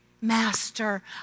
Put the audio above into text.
master